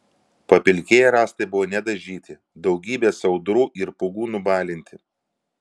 papilkėję rąstai buvo nedažyti daugybės audrų ir pūgų nubalinti